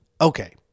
Okay